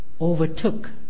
overtook